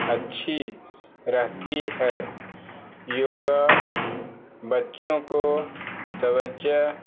اچھی رہتی ہے یوگا بچوں کو توجہ